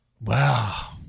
Wow